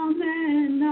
Amen